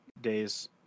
days